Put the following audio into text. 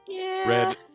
Red